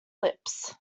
lips